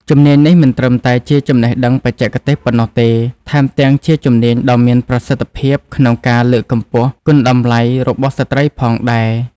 ជំនាញនេះមិនត្រឹមតែជាចំណេះដឹងបច្ចេកទេសប៉ុណ្ណោះទេ ថែមទាំងជាជំនាញដ៏មានប្រសិទ្ធភាពក្នុងការលើកកម្ពស់គុណតម្លៃរបស់ស្ត្រីផងដែរ។